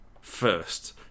First